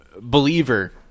believer